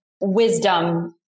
wisdom